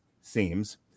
seems